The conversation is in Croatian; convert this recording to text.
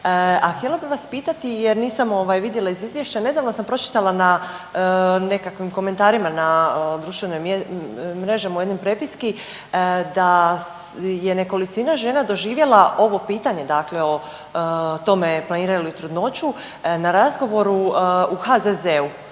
a htjela bih vas pitati jer nisam ovaj, vidjela iz izvješća, nedavno sam pročitala na nekakvim komentarima na društvenim mrežama u jednoj prepiski, da je nekolicina žena doživjela ovo pitanje, dakle o tome planiraju li trudnoću na razgovoru u HZZ-u.